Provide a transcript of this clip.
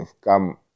come